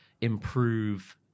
improve